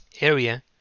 area